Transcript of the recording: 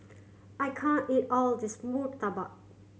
I can't eat all of this murtabak